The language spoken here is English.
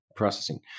processing